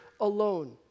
alone